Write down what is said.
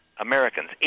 Americans